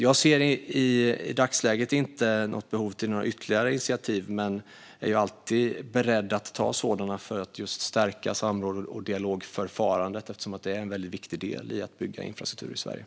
Jag ser i dagsläget inget behov av ytterligare initiativ men är alltid beredd att ta sådana för att just stärka samråds och dialogförfarandet, eftersom det är en väldigt viktig del i arbetet med att bygga infrastruktur i Sverige.